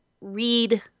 read